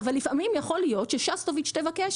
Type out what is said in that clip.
אבל לפעמים יכול להיות ששסטוביץ תבקש